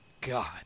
God